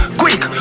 quick